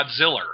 Godzilla